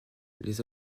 les